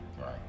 Right